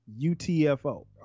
UTFO